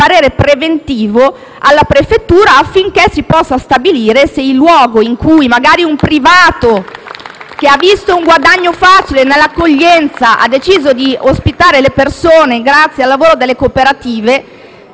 un parere preventivo alla prefettura, affinché si possa stabilire se il luogo in cui un privato, che magari ha visto un guadagno facile nell'accoglienza, ha deciso di ospitare le persone grazie al lavoro delle cooperative,